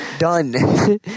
Done